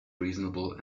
reasonable